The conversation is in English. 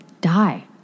die